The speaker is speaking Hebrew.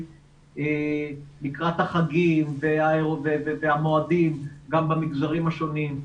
לקראת החגים והמועדים גם במגזרים השונים.